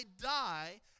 die